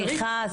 סליחה,